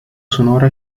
sonora